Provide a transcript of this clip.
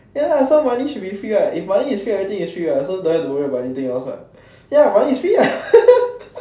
ya lah so money should be free what if money is free everything is free what so don't have to worry about anything else what ya money is free lah